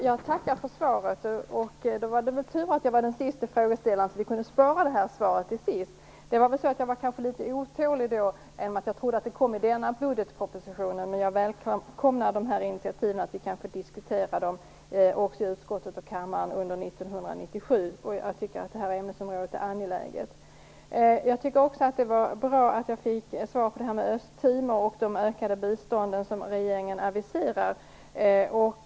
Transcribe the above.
Herr talman! Jag tackar för svaret. Det var tur att jag var den sista frågeställaren, så att vi kunde spara detta svar till sist. Jag var kanske litet otålig. Jag trodde att frågan kom upp i denna budgetproposition, men jag välkomnar dessa initiativ. Vi kan diskutera frågorna i utskottet och i kammaren under 1997. Jag tycker att detta ämnesområde är angeläget. Jag tycker också att det var bra att jag fick svar på frågan om Östtimor och de ökade bistånd som regeringen aviserar.